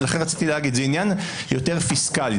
זה עניין יותר פיסקאלי.